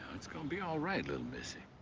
it's gonna be alright, little missy.